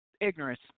ignorance